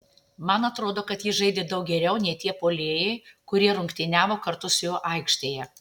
man atrodo kad jis žaidė daug geriau nei tie puolėjai kurie rungtyniavo kartu su juo aikštėje